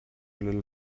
little